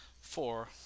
four